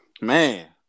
Man